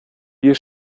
wir